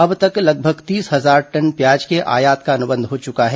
अब तक लगभग तीस हजार टन प्याज के आयात का अनुबंध हो चुका है